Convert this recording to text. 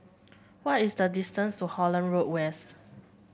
what is the distance to Holland Road West